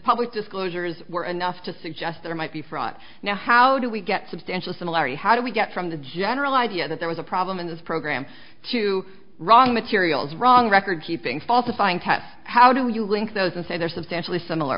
public disclosures were enough to suggest there might be fraud now how do we get substantial similarity how do we get from the general idea that there was a problem in this program to wrong materials wrong recordkeeping falsifying tests how do you link those and say they're substantially similar